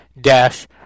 dash